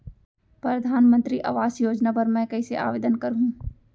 परधानमंतरी आवास योजना बर मैं कइसे आवेदन करहूँ?